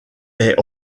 est